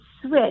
switch